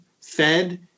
fed